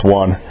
one